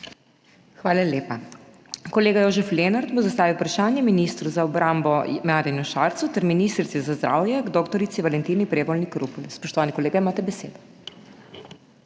Hvala lepa. Kolega Jožef Lenart bo zastavil vprašanje ministru za obrambo Marjanu Šarcu ter ministrici za zdravje dr. Valentini Prevolnik Rupel. Spoštovani kolega, imate besedo.